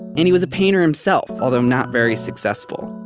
and he was a painter himself although not very successful.